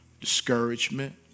discouragement